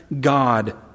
God